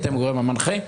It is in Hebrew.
אתם הגורם המנחה.